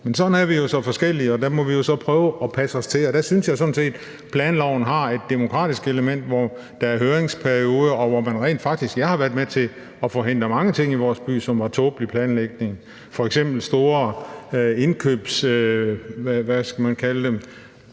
Men sådan er vi jo så forskellige, og der må vi så prøve at tilpasse os. Der synes jeg sådan set, at planloven har et demokratisk element, hvor der er høringsperioder, og jeg har rent faktisk været med til at forhindre mange ting i vores by, som var tåbelig planlægning, f.eks. store indkøbstempler, altså de her